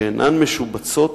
שאינן משובצות